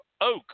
Oak